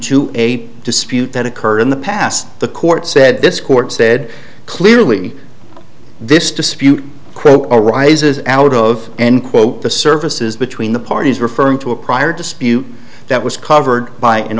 to a dispute that occurred in the past the court said this court said clearly this dispute quote arises out of in quote the services between the parties referring to a prior dispute that was covered by an